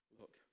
Look